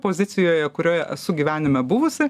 pozicijoje kurioje esu gyvenime buvusi